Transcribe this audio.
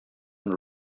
been